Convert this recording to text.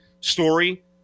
story